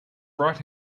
right